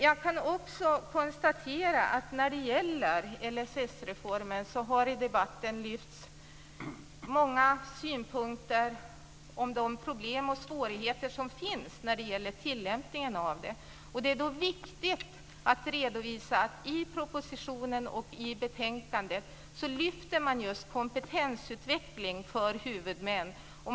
Jag kan också konstatera att det har lyfts fram många synpunkter i debatten om de problem och svårigheter som finns när det gäller tillämpningen av LSS-reformen. Det är viktigt att redovisa att man i propositionen och i betänkandet lyfter fram just kompetensutveckling för huvudmän.